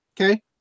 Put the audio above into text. okay